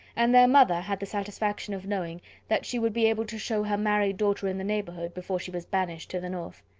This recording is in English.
and their mother had the satisfaction of knowing that she would be able to show her married daughter in the neighbourhood before she was banished to the north.